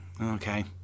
Okay